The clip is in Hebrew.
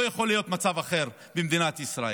לא יכול להיות מצב אחר במדינת ישראל.